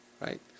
right